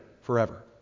forever